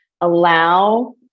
allow